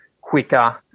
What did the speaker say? quicker